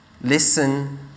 listen